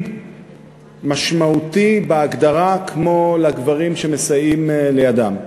משמעותי בהגדרה כמו לגברים שמסייעים לידן.